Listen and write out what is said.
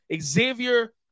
Xavier